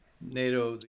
NATO